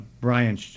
Brian